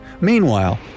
Meanwhile